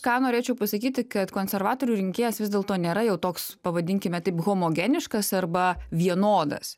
ką norėčiau pasakyti kad konservatorių rinkėjas vis dėlto nėra jau toks pavadinkime taip homogeniškas arba vienodas